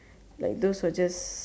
like those who are just